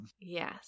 Yes